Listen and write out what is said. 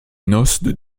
noces